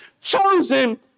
chosen